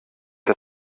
der